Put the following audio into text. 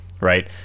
Right